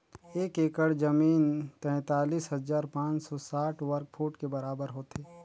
एक एकड़ जमीन तैंतालीस हजार पांच सौ साठ वर्ग फुट के बराबर होथे